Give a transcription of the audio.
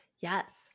Yes